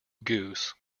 goose